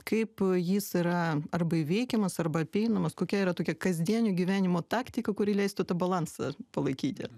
kaip jis yra arba įveikiamas arba apeinamas kokia yra tokia kasdienio gyvenimo taktika kuri leistų tą balansą palaikyti